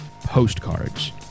postcards